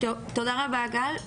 תודה רבה גל.